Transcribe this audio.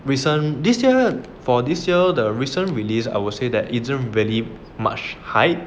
recent this year for this year the recent release I will say that isn't very much hype